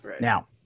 Now